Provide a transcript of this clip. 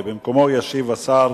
ישיב שר